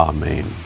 Amen